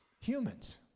humans